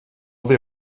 they